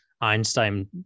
einstein